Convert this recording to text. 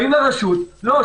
באה הרשות: לא,